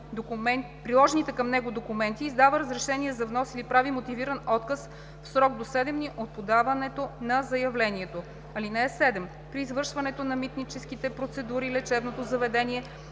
приложените към него документи и издава разрешение за внос или прави мотивиран отказ в срок до 7 дни от подаването на заявлението. (7) При извършването на митническите процедури лечебното заведение